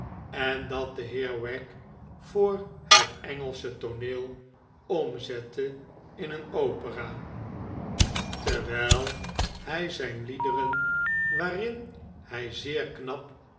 en dat de heer wagg voor het engelsche tooneel omzette in een opera terwijl hij zijn liederen waarin hij zeer knap